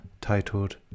titled